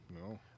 No